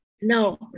No